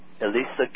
Elisa